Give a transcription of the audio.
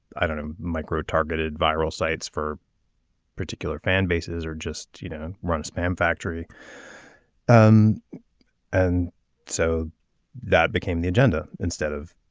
i don't know. micro targeted viral sites for particular fan bases or just you know run a spam factory um and so that became the agenda instead of